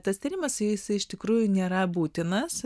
tas tyrimas jis iš tikrųjų nėra būtinas